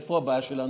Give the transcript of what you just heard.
איפה הבעיה שלנו?